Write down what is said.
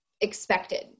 expected